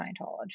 Scientology